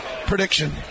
Prediction